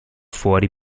fuori